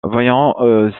voyons